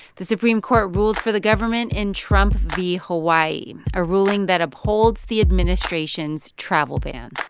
the supreme court ruled for the government in trump v. hawaii, a ruling that upholds the administration's travel ban.